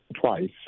twice